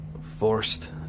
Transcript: Forced